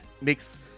makes